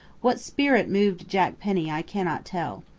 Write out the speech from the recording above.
what spirit moved jack penny i cannot tell.